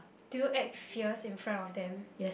do you act fierce in front of them